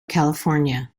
california